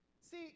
See